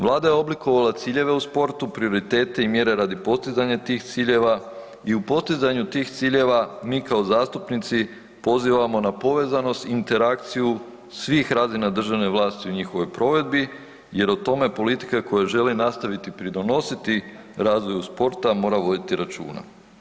Vlada je oblikovala ciljeve u sportu, prioritete i mjere radi postizanja tih ciljeva i u postizanju tih ciljeva mi kao zastupnici pozivamo na povezanost, interakciju svih razina državne vlasti u njihovoj provedbi jer o tome politike koje žele nastaviti pridonositi razvoju sporta mora voditi računa.